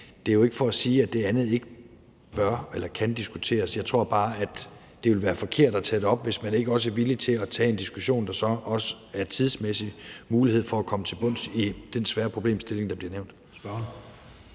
det er jo ikke for at sige, at det andet ikke bør eller kan diskuteres. Jeg tror bare, at det vil være forkert at tage det op, hvis man ikke også er villig til at tage en diskussion, hvor der så også tidsmæssigt er mulighed for at komme til bunds i den svære problemstilling, der bliver nævnt. Kl.